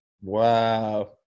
Wow